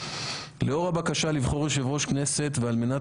לאור הבקשה לבחור יושב ראש כנסת ועל מנת